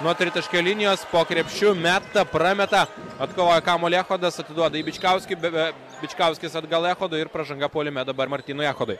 nuo tritaškio linijos po krepšiu meta prameta atkovoja kamuolį echodas atiduoda į bičkauskį b b bičkauskis atgal echodui ir pražanga puolime dabar martynui echodui